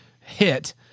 hit